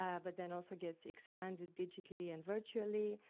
ah but then also gets expanded digitally and virtually,